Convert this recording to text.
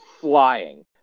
flying